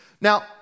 Now